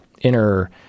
inner